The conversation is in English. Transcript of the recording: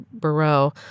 Barreau